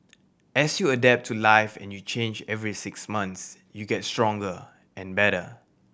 as you adapt to life and you change every six months you get stronger and better